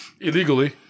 illegally